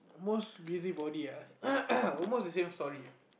most busy body ah almost the same story